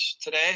today